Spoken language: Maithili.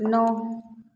नओ